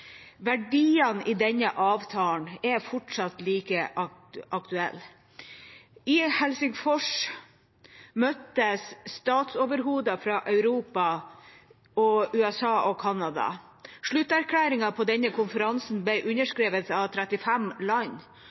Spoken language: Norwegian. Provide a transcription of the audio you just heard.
Verdiene i denne avtalen er fortsatt like aktuelle. I Helsingfors møttes statsoverhoder fra Europa, USA og Canada. Slutterklæringen på denne konferansen ble underskrevet av 35 land,